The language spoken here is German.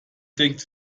denkt